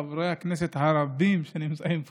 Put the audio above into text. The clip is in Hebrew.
חברי הכנסת הרבים שנמצאים פה,